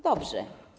Dobrze.